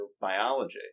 biology